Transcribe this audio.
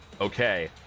Okay